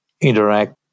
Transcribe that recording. interact